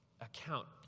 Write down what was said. account